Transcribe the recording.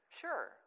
Sure